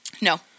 No